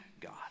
God